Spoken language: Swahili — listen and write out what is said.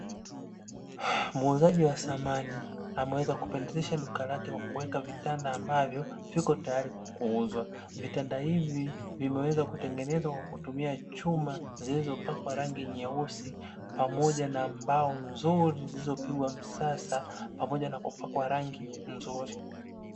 Muuzaji wa samani ameweza kupendezesha duka lake kwa kuweka vitanda ambavyo viko tayari kuuzwa. Vitanda hivi vimeweza kutengenezwa kwa kutumia chuma zilizopakwa rangi nyeusi, pamoja na mbao nzuri zilizopigwa msasa pamoja na kupakwa rangi nzuri.